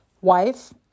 wife